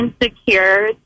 insecure